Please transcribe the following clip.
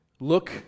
look